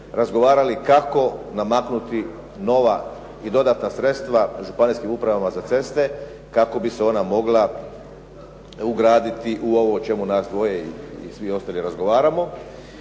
razgovarali kako namaknuti nova i dodatna sredstva županijskim upravama za ceste kako bi se ona mogla ugraditi u ovo o čemu nas dvoje i svi ostali razgovaramo.